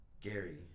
Gary